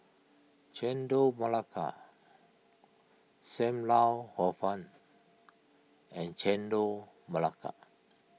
Chendol Melaka Sam Lau Hor Fun and Chendol Melaka